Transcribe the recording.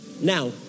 Now